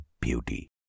beauty